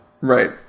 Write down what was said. right